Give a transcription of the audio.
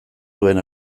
duen